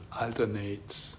alternate